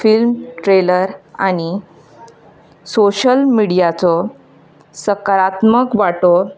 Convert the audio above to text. film trailer आनी social मिडियाचो सकारात्मक वांटो